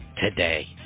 today